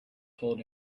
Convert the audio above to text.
told